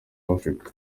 africa